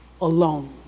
alone